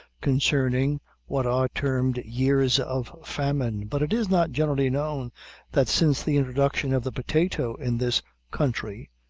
concerning what are termed years of famine, but it is not generally known that since the introduction of the potato in this country,